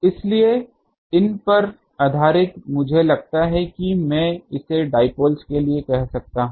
इसलिए इन पर आधारित मुझे लगता है कि मैं इसे डाईपोल्स के लिए कह सकता हूं